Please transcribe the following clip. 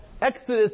Exodus